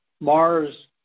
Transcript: Mars